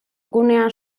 gunea